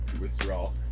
withdraw